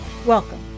Welcome